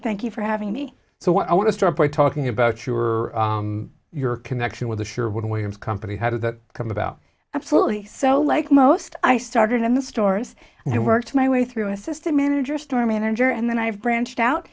thank you for having me so i want to start by talking about your your connection with the sure one way and company how did that come about absolutely so like most i started in the stores and worked my way through assistant manager store manager and then i have branched out